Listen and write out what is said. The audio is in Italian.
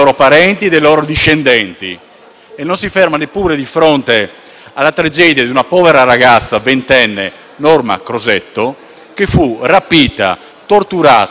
alla tragedia di una povera ragazza ventenne, Norma Cossetto, che fu rapita, torturata, stuprata e infine gettata ancora viva nella foiba.